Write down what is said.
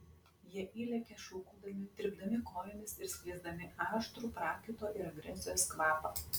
jie įlekia šūkaudami trypdami kojomis ir skleisdami aštrų prakaito ir agresijos kvapą